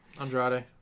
Andrade